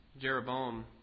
Jeroboam